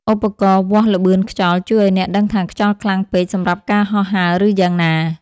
ឧបករណ៍វាស់ល្បឿនខ្យល់ ជួយឱ្យអ្នកដឹងថាខ្យល់ខ្លាំងពេកសម្រាប់ការហោះហើរឬយ៉ាងណា។